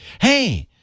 Hey